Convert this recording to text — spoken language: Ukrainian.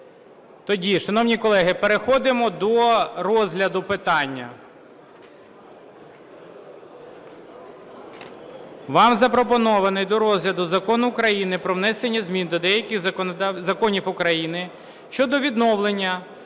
Тоді, шановні колеги, переходимо до розгляду питання. Вам запропонований до розгляду Закон України "Про внесення змін до деяких законів України щодо відновлення